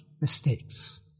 mistakes